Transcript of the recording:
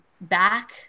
back